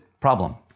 Problem